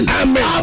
amen